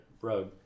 road